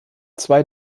zwei